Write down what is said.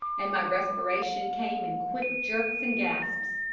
and my respiration came in quick jerks and gasps.